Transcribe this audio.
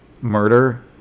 murder